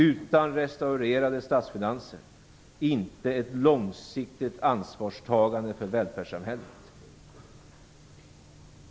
Utan restaurerade statsfinanser blir det inte ett långsiktigt ansvarstagande för välfärdssamhället.